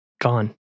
gone